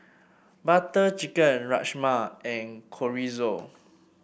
Butter Chicken Rajma and Chorizo